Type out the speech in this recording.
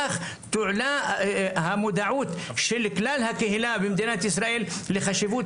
כך תעלה המודעות של כלל הקהילה במדינת ישראל לחשיבות